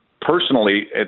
Personally